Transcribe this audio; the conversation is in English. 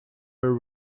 were